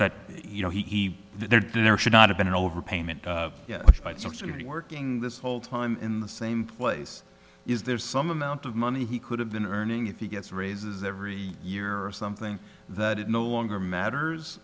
that you know he there dinner should not have been an overpayment to be working this whole time in the same place is there's some amount of money he could have been earning if he gets raises every year or something that it no longer matters